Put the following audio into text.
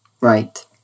Right